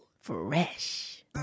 Fresh